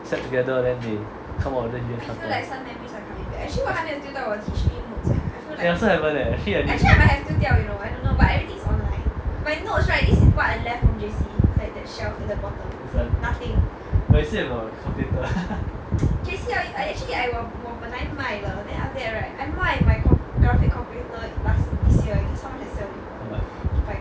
sat together then they come up with U_N charter eh I also haven't leh actually this [one] no you still have your calculator